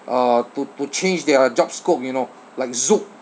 uh to to change their job scope you know like zouk